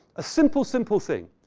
a simple, simple thing.